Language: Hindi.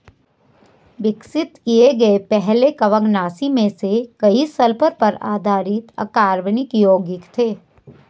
विकसित किए गए पहले कवकनाशी में से कई सल्फर पर आधारित अकार्बनिक यौगिक थे